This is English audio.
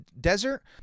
Desert